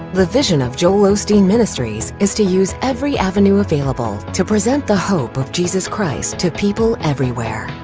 the vision of joel osteen ministries is to use every avenue available to present the hope of jesus christ to people everywhere.